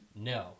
no